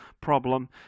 problem